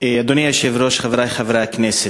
אדוני היושב-ראש, חברי חברי הכנסת,